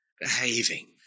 behaving